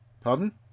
Pardon